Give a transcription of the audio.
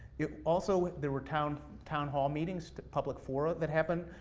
also, there were town town hall meetings to public fora, that happened,